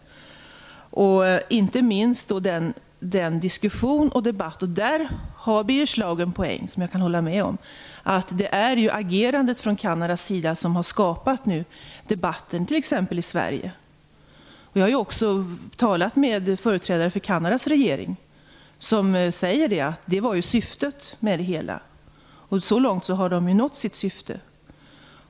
Det beror inte minst på den diskussion och debatt som har varit. Där har Birger Schlaug en poäng som jag kan hålla med om. Det är agerandet från Kanadas sida som har skapat debatten i t.ex. Sverige. Jag har också talat med företrädare för Kanadas regering som säger att det var syftet med det hela. Så långt har de nått sitt syfte.